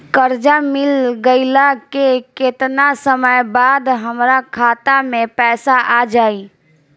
कर्जा मिल गईला के केतना समय बाद हमरा खाता मे पैसा आ जायी?